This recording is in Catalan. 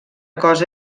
cosa